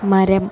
മരം